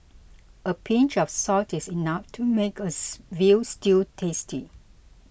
a pinch of salt is enough to make us Veal Stew tasty